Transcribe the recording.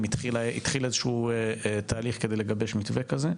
אם התחיל איזשהו תהליך כדי לגבש מתווה כזה,